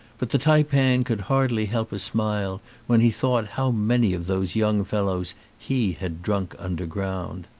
but the taipan could hardly help a smile when he thought how many of those young fellows he had drunk underground.